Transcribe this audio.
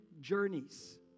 journeys